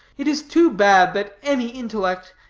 it is too bad that any intellect,